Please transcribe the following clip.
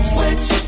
Switch